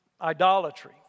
Idolatry